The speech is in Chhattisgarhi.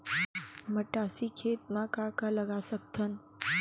मटासी खेत म का का लगा सकथन?